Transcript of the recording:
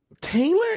Taylor